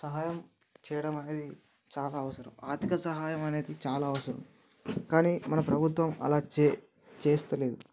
సహాయం చేయడం అనేది చాలా అవసరం ఆర్థిక సహాయం అనేది చాలా అవసరం కానీ మన ప్రభుత్వం అలా చే చేస్తలేదు